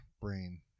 Brain